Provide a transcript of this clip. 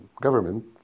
government